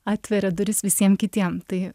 atveria duris visiem kitiem tai